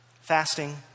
Fasting